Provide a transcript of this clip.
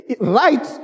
Right